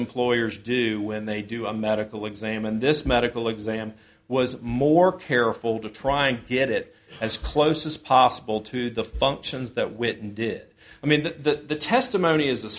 employers do when they do a medical exam and this medical exam was more careful to trying to get it as close as possible to the functions that witten did i mean the testimony is th